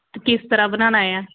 ਤਾਂ ਕਿਸ ਤਰ੍ਹਾਂ ਬਣਾਉਣਾ ਆ